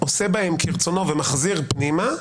עושה בהם כרצונו ומחזיר פנימה,